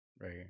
right